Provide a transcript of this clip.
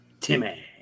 Timmy